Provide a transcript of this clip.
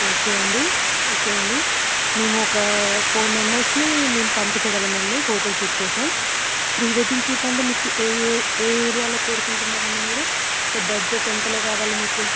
okay అండి okay అండి మేము ఒక ఫోర్ మెంబెర్స్ని మేము పంపించగలం అండి ఫోటోషూట్ కోసం ప్రీ వెడ్డింగ్ షూట్ అంటే మీకు ఏ ఏ ఏ ఏరియాలో కోరుకుంటున్నారు అండి మీరు అంటే బడ్జెట్ ఎంతలో కావాలి మీకు